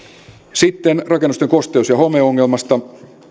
sitten rakennusten kosteus ja homeongelmasta